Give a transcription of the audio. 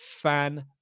fan